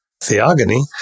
Theogony